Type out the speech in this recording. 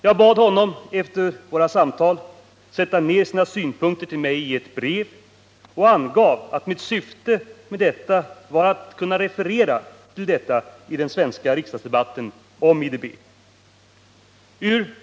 Jag bad honom att efter våra samtal skriva ner sina synpunkter i ett brev till mig, och jag angav att mitt syfte var att kunna referera till detta i den svenska riksdagsdebatten om IDB. Ur Mr.